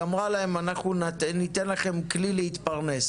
והיא אמרה להם אנחנו ניתן לכם כלי להתפרנס,